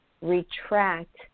retract